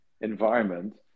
environment